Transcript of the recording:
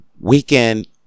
weekend